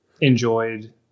enjoyed